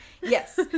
Yes